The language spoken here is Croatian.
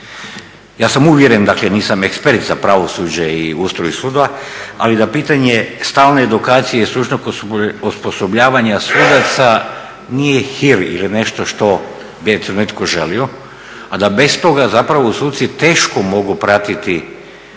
Ja sam uvjeren, dakle nisam ekspert za pravosuđe i ustroj sudova ali da pitanje stalne edukacije i stručnog osposobljavanja sudova nije hir ili nešto što bi eto netko želio a da bez toga zapravo u suci teško mogu pratiti.